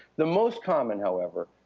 the most common, however,